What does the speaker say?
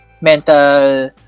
mental